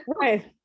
right